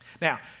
Now